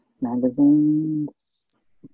magazines